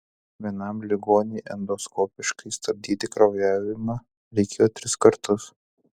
vienam ligoniui endoskopiškai stabdyti kraujavimą reikėjo tris kartus